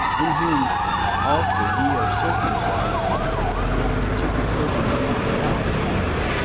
in whom also ye are circumcised with the circumcision made without hands,